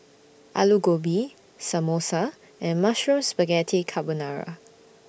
Alu Gobi Samosa and Mushroom Spaghetti Carbonara